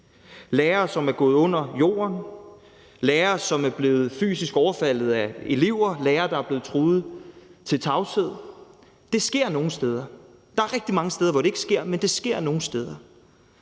lærere, som er gået under jorden; lærere, som er blevet fysisk overfaldet af elever; lærere, der er blevet truet til tavshed. Det sker nogle steder. Der er rigtig mange steder, hvor det ikke sker, men det sker nogle steder.